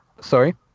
Sorry